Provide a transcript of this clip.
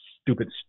stupid